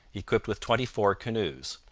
equipped with twenty-four canoes.